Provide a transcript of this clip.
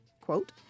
quote